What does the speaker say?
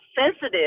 sensitive